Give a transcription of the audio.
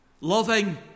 Loving